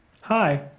Hi